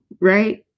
right